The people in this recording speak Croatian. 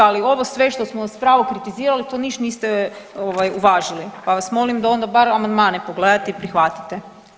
Ali ovo sve što smo vas s pravom kritizirali to niš niste uvažili, pa vas molim da onda bar amandmane pogledate i prihvatite.